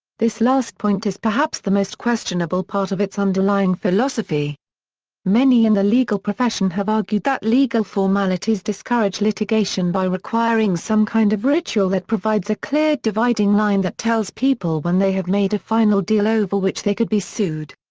this last point is perhaps the most questionable part of its underlying philosophy many in the legal profession have argued that legal formalities discourage litigation by requiring requiring some kind of ritual that provides a clear dividing line that tells people when they have made a final deal over which they could be sued.